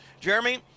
Jeremy